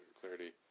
clarity